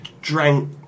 drank